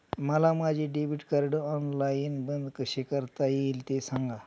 मला माझे debit card online बंद कसे करता येईल, ते सांगा